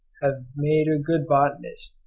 have made a good botanist,